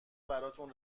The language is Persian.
براتون